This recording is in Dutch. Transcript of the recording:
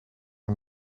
een